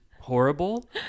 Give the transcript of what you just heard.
horrible